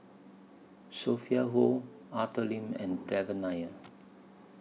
Sophia Hull Arthur Lim and Devan Nair